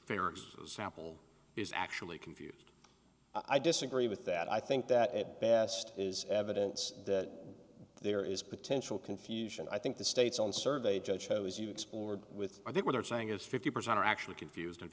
fair sample is actually confused i disagree with that i think that at best is evidence that there is potential confusion i think the state's own survey just shows you explored with i think what i'm saying is fifty percent are actually confused and